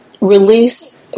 release